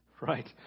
right